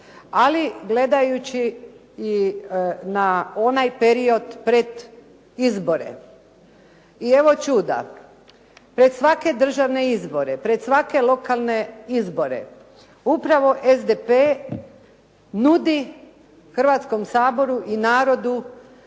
ali gledajući i na onaj period pred izbore. I evo čuda. Pred svake državne izbore, pred svake lokalne izbore upravo SDP nudi Hrvatskom saboru i narodu